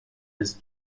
his